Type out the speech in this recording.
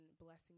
blessing